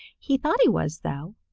he thought he was, though,